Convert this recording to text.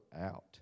out